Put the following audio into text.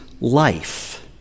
life